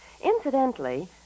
Incidentally